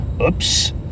Oops